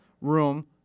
room